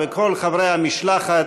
וכל חברי המשלחת.